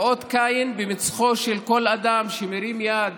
זה אות קין על מצחו של כל אדם שמרים יד